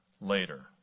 later